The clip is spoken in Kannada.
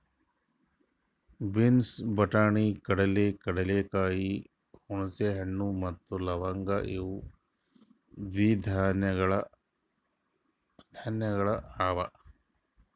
ಬೀನ್ಸ್, ಬಟಾಣಿ, ಕಡಲೆ, ಕಡಲೆಕಾಯಿ, ಹುಣಸೆ ಹಣ್ಣು ಮತ್ತ ಲವಂಗ್ ಇವು ದ್ವಿದಳ ಧಾನ್ಯಗಳು ಅವಾ